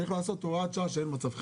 צריך לעשות הוראת שעה שאין מצב חירום.